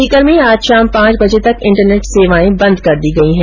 सीकर में आज शाम पांच बजे तक इंटरनेट सेवाएं बंद कर दी गई है